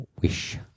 Wish